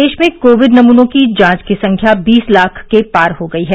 प्रदेश में कोविड नमूनों की जांच की संख्या बीस लाख के पार हो गयी है